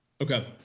Okay